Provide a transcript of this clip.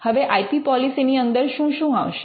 હવે I P policy ની અંદર શું શું આવશે